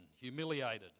humiliated